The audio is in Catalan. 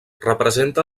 representa